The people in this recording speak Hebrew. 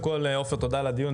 עופר, תודה על הדיון.